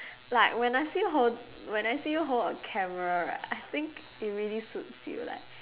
like when I see you hold when I see you hold a camera right I think it really suits you like